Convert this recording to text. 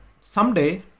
someday